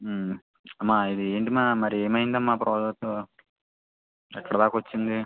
అమ్మా ఇది ఏంటమ్మా మరి ఏమైందమ్మా ప్రాజెక్ట్ ఎక్కడిదాకా వచ్చింది